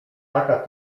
taka